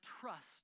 trust